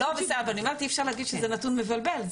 אי אפשר להגיד שזה נתון מבלבל.